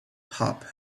pop